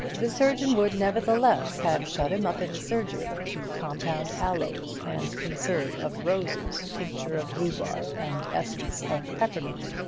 the surgeon would nevertheless have shut him up in the surgery to compound aloes and conserve of roses, tincture of rhubarb and essence of peppermint.